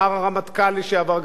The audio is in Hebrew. הדברים שאמר עוזי ארד,